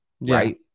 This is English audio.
Right